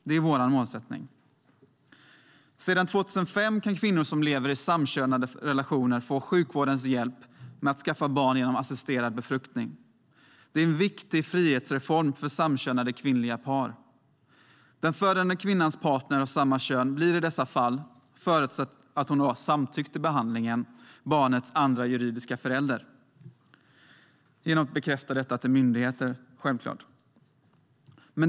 Det är vår målsättning. Sedan 2005 kan kvinnor som lever i samkönade relationer få sjukvårdens hjälp med att skaffa barn genom assisterad befruktning. Det är en viktig frihetsreform för samkönade kvinnliga par. Den födande kvinnans partner av samma kön blir i dessa fall, förutsatt att hon har samtyckt till behandlingen, barnets andra juridiska förälder - självklart genom att bekräfta detta till myndigheter.